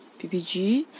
PPG